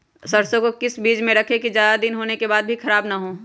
सरसो को किस चीज में रखे की ज्यादा दिन होने के बाद भी ख़राब ना हो?